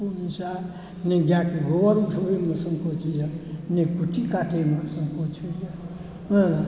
हमरा शुरूसँ नहि गायके गोबर उठबैमे संकोच होइए नहि कुट्टी काटैमे संकोच होइए